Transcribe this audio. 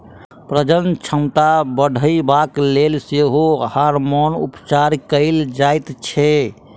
प्रजनन क्षमता बढ़यबाक लेल सेहो हार्मोन उपचार कयल जाइत छै